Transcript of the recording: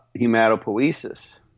hematopoiesis